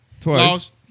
Twice